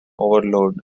overlord